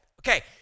Okay